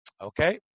Okay